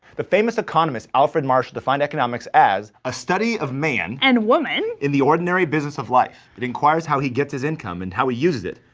the famous economist alfred marsh defined economics as a study of man and in the ordinary business of life. it inquires how he gets his income and how he uses it.